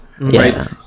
Right